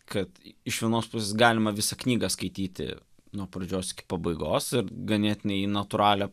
kad iš vienos pusės galima visą knygą skaityti nuo pradžios iki pabaigos ir ganėtinai į natūralią